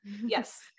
yes